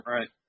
Right